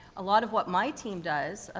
a lot of what my team does, ah,